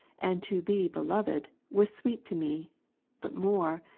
and to be beloved, was sweet to me but more,